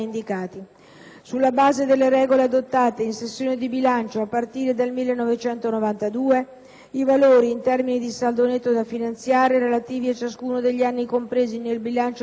Sulla base delle regole adottate in sessione di bilancio a partire dal 1992, i valori in termini di saldo netto da finanziare, relativi a ciascuno degli anni compresi nel bilancio triennale